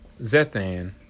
Zethan